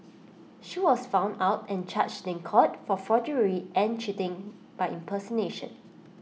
she was found out and charged in court for forgery and cheating by impersonation